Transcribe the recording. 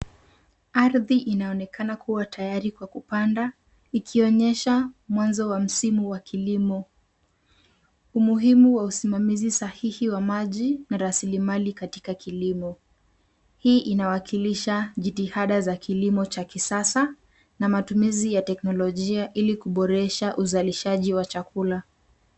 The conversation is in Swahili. Ardhi inaonekana kuwa tayari kwa kupanda ikionyesha mwanzo wa msimu wa kilimo. Umuhimu wa usimamizi sahihi wa maji na rasili mali katika kilimo. Hii inawakilisha jitihada za kilimo cha kisasa na matumizi ya teknolojia ili kuboresha uzalishaji wa chakula.